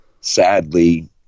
Sadly